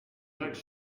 jacques